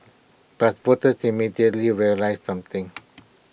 but voters immediately realised something